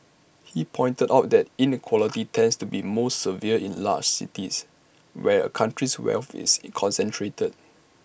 he pointed out that inequality tends to be most severe in large cities where A country's wealth is concentrated